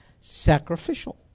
sacrificial